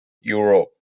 europe